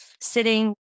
sitting